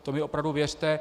To mi opravdu věřte.